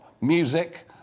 music